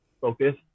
focus